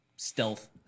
stealth